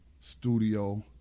studio